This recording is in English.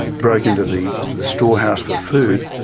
broke into the the storehouse for food,